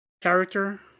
character